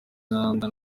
nyanza